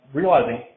realizing